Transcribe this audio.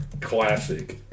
Classic